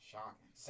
Shocking